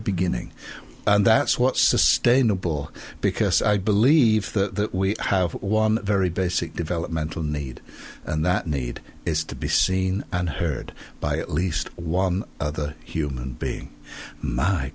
beginning and that's what sustainable because i believe that we have one very basic developmental need and that need is to be seen and heard by at least one other human being my